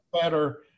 better